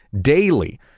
daily